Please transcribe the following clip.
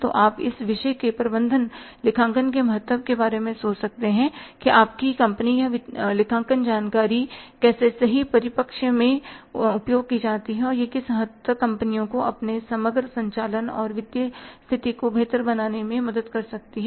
तो आप इस विषय के प्रबंधन लेखांकन के महत्व के बारे में सोच सकते हैं कि आपकी वित्तीय या लेखांकन जानकारी कैसे सही परिप्रेक्ष्य में उपयोग की जाती है तो यह किस हद तक कंपनियों को अपने समग्र संचालन और वित्तीय स्थिति को बेहतर बनाने में मदद कर सकती है